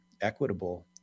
equitable